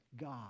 God